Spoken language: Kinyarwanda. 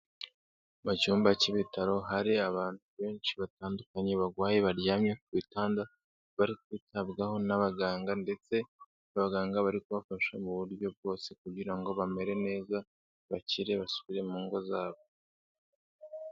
Mu cyumba cy'ibitaro hari abantu benshi batandukanye barwaye baryamye ku bitanda bari kwitabwaho n'abaganga ndetse n'abaganga bari kubafasha mu buryo bwose kugira ngo bamere neza bakire basubire mu ngo zabo.